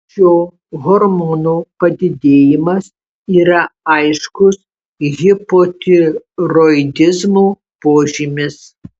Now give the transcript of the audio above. šio hormono padidėjimas yra aiškus hipotiroidizmo požymis